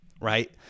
right